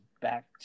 back